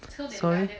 sorry